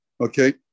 Okay